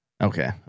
Okay